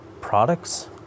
products